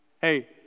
hey